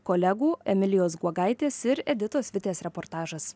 kolegų emilijos guogaitės ir editos vitės reportažas